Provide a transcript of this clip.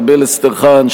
לארבל אסטרחן,